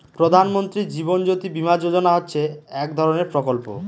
প্রধান মন্ত্রী জীবন জ্যোতি বীমা যোজনা হচ্ছে এক ধরনের প্রকল্প